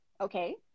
okay